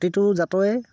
প্ৰতিটো জাতৰে